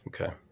Okay